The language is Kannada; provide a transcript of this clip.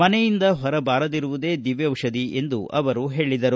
ಮನೆಯಿಂದ ಹೊರಬಾರದಿರುವುದೇ ದಿವ್ಣೌಪಧಿ ಎಂದು ಹೇಳಿದರು